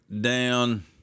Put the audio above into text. down